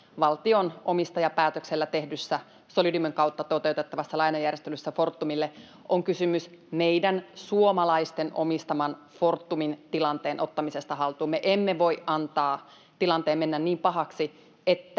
valtion omistajapäätöksellä tehdyssä Solidiumin kautta toteutettavassa lainajärjestelyssä Fortumille on kysymys meidän suomalaisten omistaman Fortumin tilanteen ottamisesta haltuun. Me emme voi antaa tilanteen mennä niin pahaksi,